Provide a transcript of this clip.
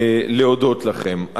להודות לכם.